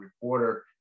reporter